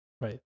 Right